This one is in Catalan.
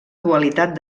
dualitat